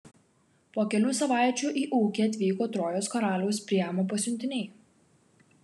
po kelių savaičių į ūkį atvyko trojos karaliaus priamo pasiuntiniai